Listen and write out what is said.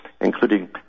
including